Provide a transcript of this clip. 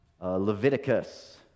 Leviticus